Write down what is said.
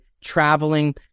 traveling